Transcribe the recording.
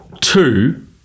two